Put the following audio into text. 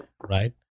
right